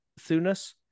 thunus